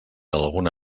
alguna